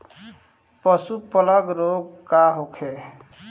पशु प्लग रोग का होखे?